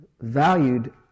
valued